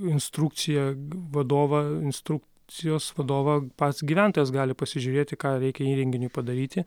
instrukciją vadovą instrukcijos vadovą pats gyventojas gali pasižiūrėti ką reikia įrenginiui padaryti